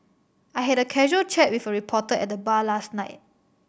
I had a casual chat with a reporter at the bar last night